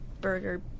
burger